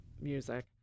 music